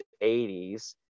80s